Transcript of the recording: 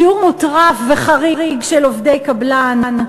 שיעור מוטרף וחריג של עובדי קבלן,